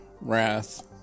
Wrath